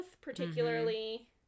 particularly